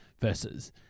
Versus